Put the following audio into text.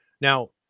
Now